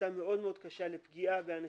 והסתה מאוד מאוד קשה לפגיעה באנשים,